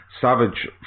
Savage